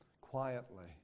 quietly